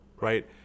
right